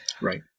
Right